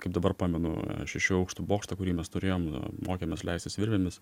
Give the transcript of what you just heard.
kaip dabar pamenu šešių aukštų bokštą kurį mes turėjom mokėmės leistis virvėmis